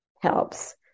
helps